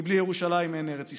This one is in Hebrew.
כי בלי ירושלים אין ארץ ישראל.